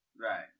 Right